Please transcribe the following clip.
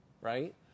Right